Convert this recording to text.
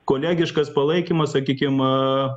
kolegiškas palaikymas sakykim